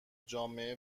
جامعه